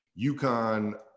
UConn